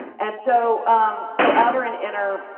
and so um so outer and inner,